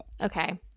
Okay